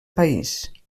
país